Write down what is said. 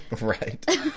Right